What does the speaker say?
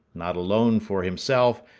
not alone for himself,